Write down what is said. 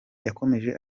yakomeje